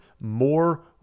more